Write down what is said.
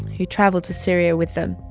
who traveled to syria with them.